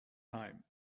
time